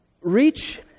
reach